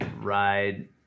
ride